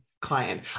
client